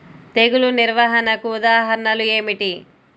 తెగులు నిర్వహణకు ఉదాహరణలు ఏమిటి?